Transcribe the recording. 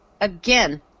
Again